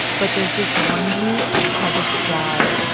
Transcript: but there's this one group called the squad.